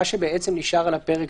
מה שנשאר על הפרק,